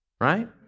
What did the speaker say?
right